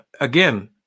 again